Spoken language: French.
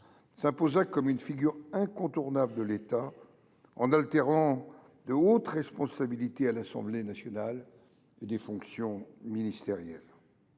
s’imposa comme une figure incontournable de l’État en alternant de hautes responsabilités à l’Assemblée nationale et des fonctions ministérielles